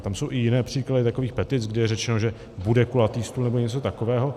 Tam jsou i jiné příklady takových petic, kde je řečeno, že bude kulatý stůl nebo něco takového.